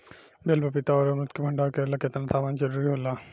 बेल पपीता और अमरुद के भंडारण करेला केतना तापमान जरुरी होला?